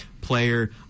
player